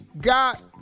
got